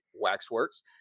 waxworks